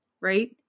right